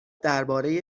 درباره